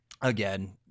again